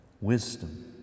wisdom